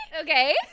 Okay